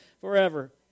forever